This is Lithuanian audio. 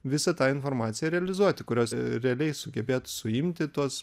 visą tą informaciją realizuoti kurios realiai sugebėtų suimti tuos